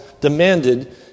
demanded